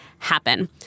happen